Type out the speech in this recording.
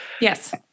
Yes